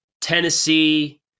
Tennessee